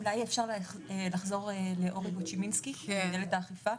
אולי אפשר לחזור לאורי בוצ'ומינסקי ממנהלת האכיפה?